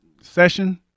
session